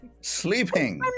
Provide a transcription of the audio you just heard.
Sleeping